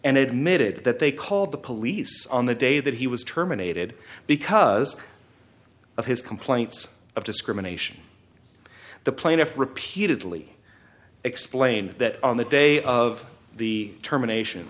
and admitted that they called the police on the day that he was terminated because of his complaints of discrimination the plaintiff repeatedly explained that on the day of the termination